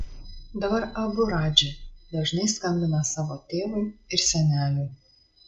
dabar abu radži dažnai skambina savo tėvui ir seneliui